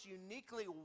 uniquely